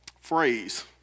phrase